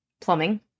plumbing